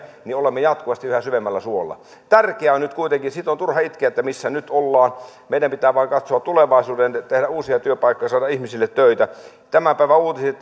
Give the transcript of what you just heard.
niin olemme jatkuvasti yhä syvemmällä suolla tärkeää on nyt kuitenkin se että sitä on turha itkeä missä nyt ollaan meidän pitää vain katsoa tulevaisuuteen tehdä uusia työpaikkoja saada ihmisille töitä tämän päivän uutisissa